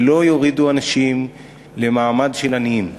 ולא יורידו אנשים למעמד של עניים.